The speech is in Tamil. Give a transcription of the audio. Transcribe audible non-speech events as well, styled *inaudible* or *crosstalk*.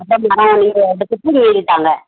அப்பறம் *unintelligible* எடுத்துட்டு மீதி தாங்க